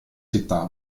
città